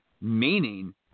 Meaning